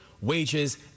wages